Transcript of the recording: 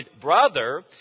brother